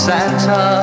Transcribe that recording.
Santa